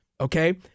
okay